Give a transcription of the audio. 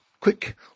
quick